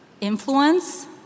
influence